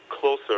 closer